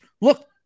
look